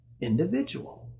individual